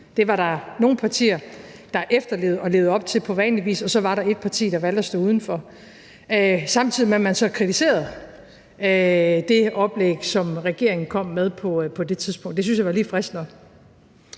Det var der nogle partier, der efterlevede og levede op til på vanlig vis, og så var der et parti, der valgte at stå uden for, samtidig med at man så kritiserede det oplæg, som regeringen kom med på det tidspunkt. Det syntes jeg var lige frisk nok.